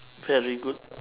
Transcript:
very good